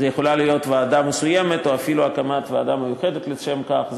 וזו יכולה להיות ועדה מסוימת או אפילו הקמת ועדה מיוחדת לשם כך.